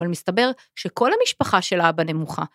אבל מסתבר שכל המשפחה של האבא נמוכה.